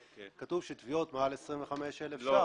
כתוב שתביעות מעל 25,000 ש"ח --- לא.